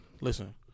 listen